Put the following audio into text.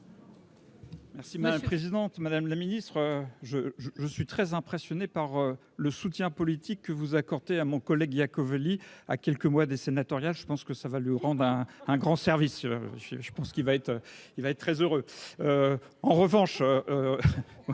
Merci madame la présidente, madame la ministre, je, je, je suis très impressionné par le soutien politique que vous accordez à mon collègue Iacovelli, à quelques mois des sénatoriales, je pense que ça va lui rendre un grand service, je pense qu'il va être, il va être très heureux en revanche